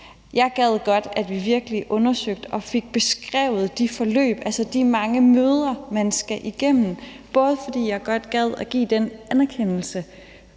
Jeg gad godt, at vi virkelig undersøgte og fik beskrevet de forløb, altså de mange møder, man skal igennem, for jeg gad godt at give den anerkendelse